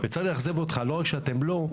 צר לי לאכזב אותך, לא רק שאתם לא.